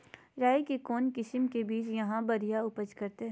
राई के कौन किसिम के बिज यहा बड़िया उपज करते?